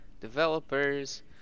Developers